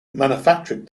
manufactured